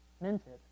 minted